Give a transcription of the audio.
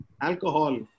alcohol